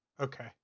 Okay